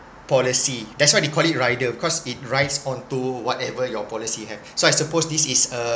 policy that's why they call it rider of cause it writes onto whatever your policy have so I suppose this is a